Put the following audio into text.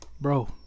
Bro